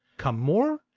come more,